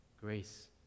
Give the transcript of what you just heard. grace